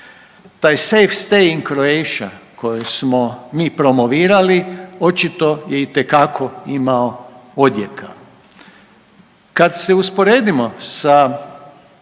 Taj Safe stay in Croatia koje smo mi promovirali očito je itekako imao odjeka. Kad se usporedimo sa